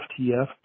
FTF